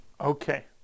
Okay